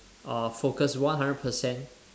uh focus one hundred percent